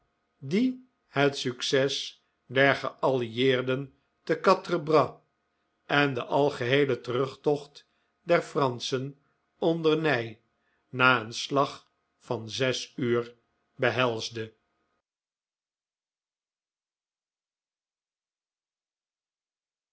die het succes der geallieerden te quatre bras en den algeheelen terugtocht der franschen onder ney na een slag van zes uur behelsde